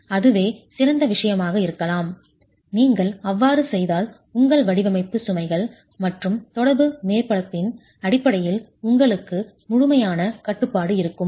அதுவே சிறந்த விஷயமாக இருக்கலாம் நீங்கள் அவ்வாறு செய்தால் உங்கள் வடிவமைப்பு சுமைகள் மற்றும் தொடர்பு மேற்பரப்பின் அடிப்படையில் உங்களுக்கு முழுமையான கட்டுப்பாடு இருக்கும்